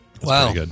Wow